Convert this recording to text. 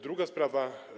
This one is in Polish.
Druga sprawa.